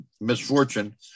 misfortune